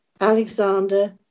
Alexander